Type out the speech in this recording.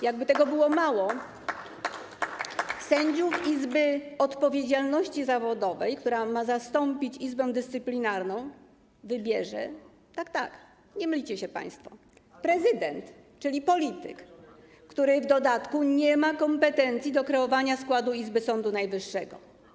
Jakby tego było mało, sędziów Izby Odpowiedzialności Zawodowej, która ma zastąpić Izbę Dyscyplinarną, wybierze - tak, tak, nie mylicie się państwo - prezydent, czyli polityk, który w dodatku nie ma kompetencji do kreowania składu izby Sądu Najwyższego.